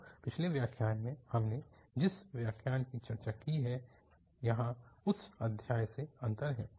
तो पिछले व्याख्यान में हमने जिस व्याख्यान की चर्चा की है यहाँ उस अध्याय से अंतर है